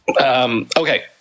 okay